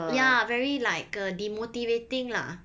ya very like uh demotivating lah